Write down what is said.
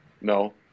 no